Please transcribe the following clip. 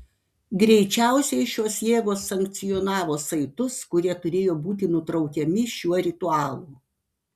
greičiausiai šios jėgos sankcionavo saitus kurie turėjo būti nutraukiami šiuo ritualu